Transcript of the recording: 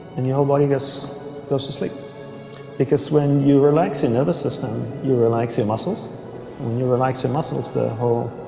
and your whole body gets goes to sleep because when you relax your and nervous system you relax your muscles when you relax your muscles the whole